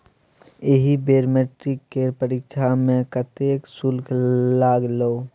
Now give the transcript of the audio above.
एहि बेर मैट्रिक केर परीक्षा मे कतेक शुल्क लागलौ?